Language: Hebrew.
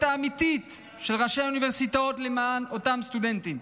האמיתית של ראשי האוניברסיטאות למען אותם סטודנטים.